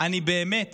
אני באמת